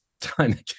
time